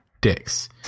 dicks